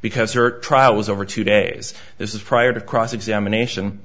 because her trial was over two days this is prior to cross examination